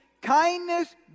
Kindness